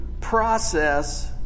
process